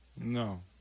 No